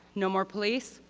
no more police?